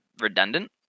redundant